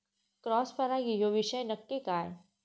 Cross परागी ह्यो विषय नक्की काय?